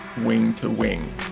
wing-to-wing